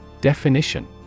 Definition